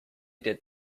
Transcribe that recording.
did